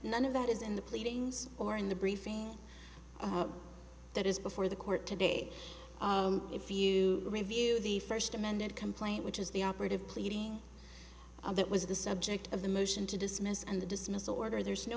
none of that is in the pleadings or in the briefing that is before the court today if you review the first amended complaint which is the operative pleading that was the subject of the motion to dismiss and the dismissal order there's no